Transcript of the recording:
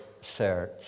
search